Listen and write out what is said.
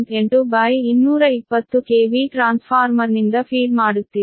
8 220 KV ಟ್ರಾನ್ಸ್ಫಾರ್ಮರ್ನಿಂದ ಆಹಾರವನ್ನು ನೀಡುತ್ತಿದೆ